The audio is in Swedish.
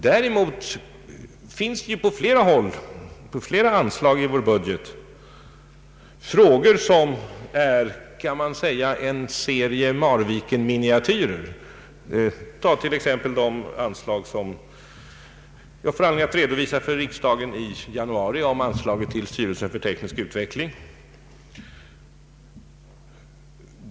Däremot finns under flera anslag i vår budget frågor som är, kan vi säga, en serie Marvikenminiatyrer. Tag t.ex. det anslag som jag haft anledning att redovisa för riksdagen i januari till styrelsen för teknisk utveckling.